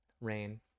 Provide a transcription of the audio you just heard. Rain